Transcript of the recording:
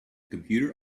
computer